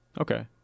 Okay